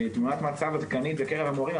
תקבלו תמונת מצב עדכנית בקרב המורים.